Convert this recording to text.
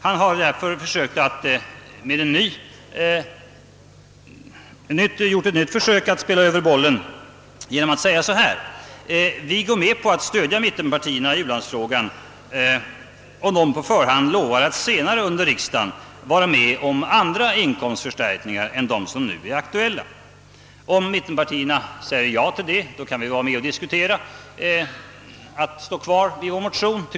Han har därför gjort ett nytt försök att spela över bollen genom att säga: »Vi går med på att stödja mittenpartierna i u-landsfrågan, om de på förhand 1ovar att senare under riksdagen vara med om andra inkomstförstärkningar än dem som nu är aktuella. Om mittenpartierna säger ja till detta, kan vi diskutera att stå kvar vid vår motion.